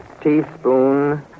teaspoon